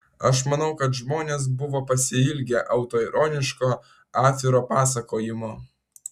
aš manau kad žmonės buvo pasiilgę autoironiško atviro pasakojimo